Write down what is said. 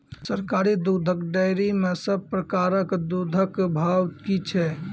सरकारी दुग्धक डेयरी मे सब प्रकारक दूधक भाव की छै?